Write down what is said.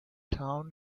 town